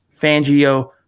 Fangio